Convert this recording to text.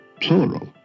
plural